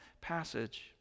passage